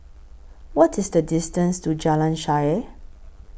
What IS The distance to Jalan Shaer